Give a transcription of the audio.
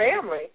family